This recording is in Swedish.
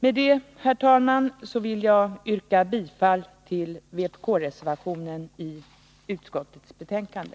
Med detta, herr talman, vill jag yrka bifall till vpk-reservationen i utskottets betänkande.